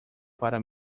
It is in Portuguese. para